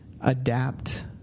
adapt